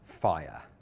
fire